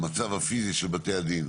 המצב הפיזי של בתי הדין.